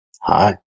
Hi